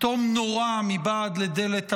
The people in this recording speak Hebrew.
תום נורה מבעד לדלת הממ"ד.